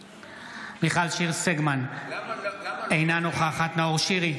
בהצבעה מיכל שיר סגמן, אינה נוכחת נאור שירי,